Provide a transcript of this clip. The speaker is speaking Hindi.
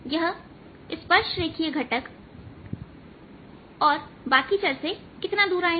यह स्पर्श रेखीय घटक और बाकी के चर कितना दूर आए हैं